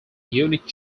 unique